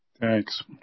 Thanks